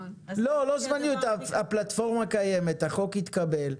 לא, הפלטפורמה קיימת, החוק יתקבל,